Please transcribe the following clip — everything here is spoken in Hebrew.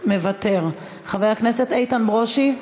מוותר, חבר הכנסת איתן ברושי,